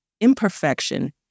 imperfection